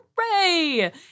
Hooray